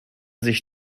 sich